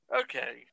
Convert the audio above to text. Okay